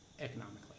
economically